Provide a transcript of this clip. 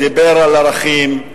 דיבר על ערכים,